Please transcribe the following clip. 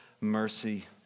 mercy